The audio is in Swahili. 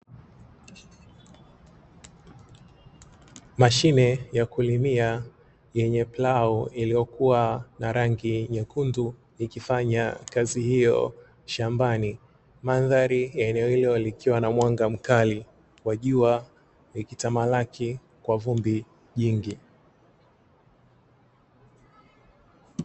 Mashine ya kulimia yenye plau iliyokuwa na rangi nyekundu ikifanya kazi hiyo shambani. Mandhari ya eneo hilo likiwa na mwanga mkali wa jua ikitamalaki kwa vumbi jingi.